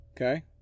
okay